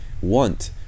want